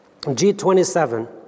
G27